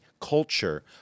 culture